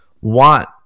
want